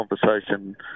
conversation